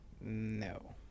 No